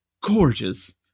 gorgeous